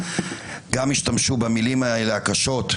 גם השתמשו במילים האלה הקשות,